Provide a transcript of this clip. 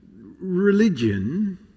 Religion